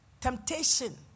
temptation